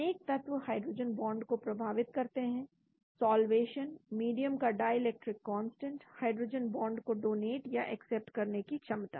अनेक तत्त्व hydrogen bond को प्रभावित करते हैं सॉल्वेशन मीडियम का dielectric constant hydrogen bond को डोनेट या एक्सेप्ट करने की क्षमता